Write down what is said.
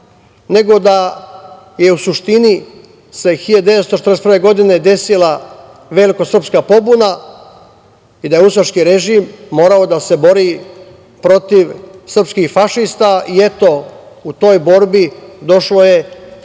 nego da je u suštini 1941. godine desila velika srpska pobuna i da je ustaški režim morao da se bori protiv srpskih fašista i eto, u toj borbi došlo je